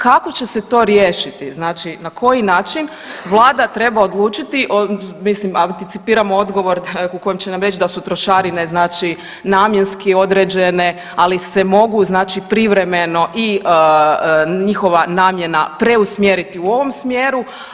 Kako će se to riješiti znači na koji način, vlada treba odlučiti, mislim anticipiramo odgovor u kojem će nam reći da su trošarine znači namjenski određene, ali se mogu znači privremeno i njihova namjena preusmjeriti u ovom smjeru.